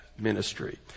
ministry